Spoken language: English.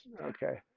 okay